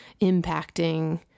impacting